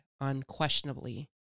unquestionably